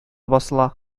басыла